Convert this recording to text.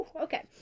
Okay